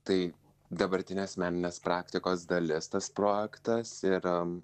tai dabartinė asmeninės praktikos dalis tas projektas ir